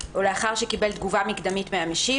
לאחר עיון בבקשה בלבד או לאחר שקיבל תגובה מקדמית מהמשיב,